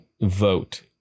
vote